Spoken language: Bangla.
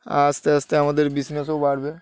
আস্তে আস্তে আমাদের বিজনেসও বাড়বে